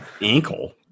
ankle